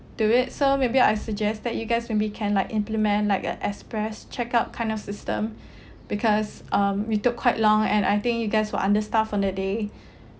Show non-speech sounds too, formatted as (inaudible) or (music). to it so maybe I suggest that you guys maybe can like implement like a express check out kind of system (breath) because um we took quite long and I think you guys were understaffed on the day (breath)